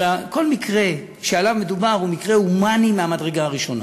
אבל כל מקרה שעליו מדובר הוא מקרה הומני מהמדרגה הראשונה.